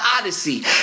Odyssey